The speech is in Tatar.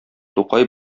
тукай